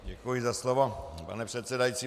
Děkuji za slovo, pane předsedající.